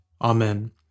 Amen